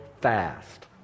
fast